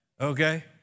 okay